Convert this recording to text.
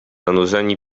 zanurzeni